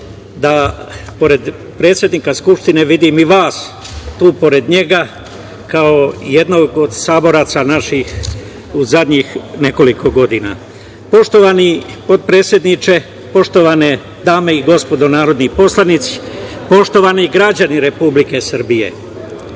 da pored predsednika Skupštine vidim i vas tu pored njega, kao jednog od saboraca naših u zadnjih nekoliko godina. Poštovani potpredsedniče, poštovane dame i gospodo narodni poslanici, poštovani građani Republike Srbije,